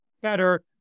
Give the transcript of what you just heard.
better